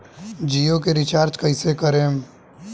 जियो के रीचार्ज कैसे करेम?